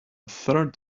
third